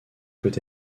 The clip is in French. peut